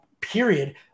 period